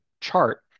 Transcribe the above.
chart